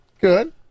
Good